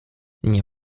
nie